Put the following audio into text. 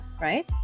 right